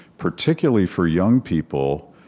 particularly for young people,